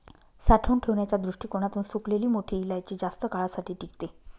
साठवून ठेवण्याच्या दृष्टीकोणातून सुकलेली मोठी इलायची जास्त काळासाठी टिकते